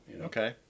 okay